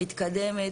מתקדמת,